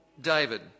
David